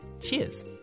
Cheers